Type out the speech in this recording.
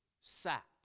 sat